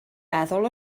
meddwl